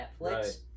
Netflix